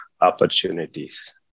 opportunities